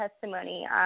testimony